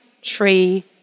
tree